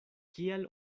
kial